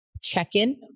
check-in